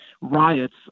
riots